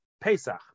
Pesach